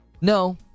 no